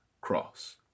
cross